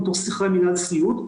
משיחה עם מנהלת הסיעוד,